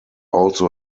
also